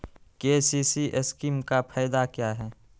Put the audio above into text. KCC scheme का फायदा क्या है?